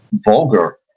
Vulgar